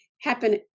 happen